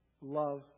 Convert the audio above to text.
love